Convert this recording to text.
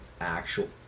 Actual